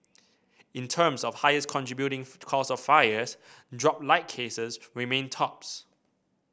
in terms of highest contributing cause of fires dropped light cases remained tops